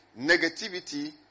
negativity